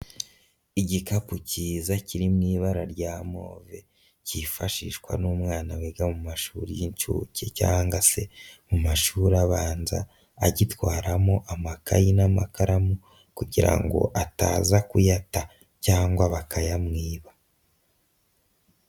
Igikapu cyiza kiri mu ibara rya move, cyifashishwa n'umwana wiga mu mashuri y'inshuke cyangwa se mu mashuri abanza agitwaramo amakayi n'amakaramu kugira ngo ataza kuyata cyangwa bakayamwiba.